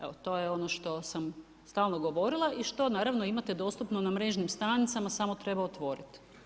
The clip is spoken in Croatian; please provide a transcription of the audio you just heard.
Evo, to je ono što sam stalno govorila i što imate dostupno na mrežnim stranicama, samo treba otvoriti.